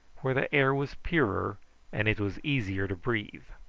where the air was purer and it was easier to breathe.